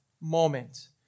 moment